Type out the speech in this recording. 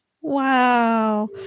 Wow